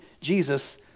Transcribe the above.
Jesus